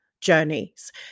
journeys